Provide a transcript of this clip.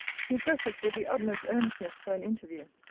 he presses with the utmost earnestness for an interview.